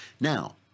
now